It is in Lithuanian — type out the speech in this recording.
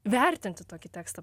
vertinti tokį tekstą